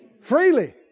Freely